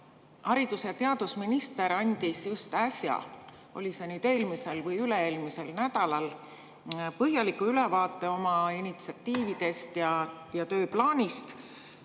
haridus- ja teadusminister andis just äsja – oli see nüüd eelmisel või üle-eelmisel nädalal? – põhjaliku ülevaate oma initsiatiividest ja tööplaanist,